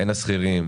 הן השכירים,